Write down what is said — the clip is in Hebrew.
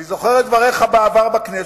אני זוכר את דבריך בעבר בכנסת,